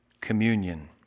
communion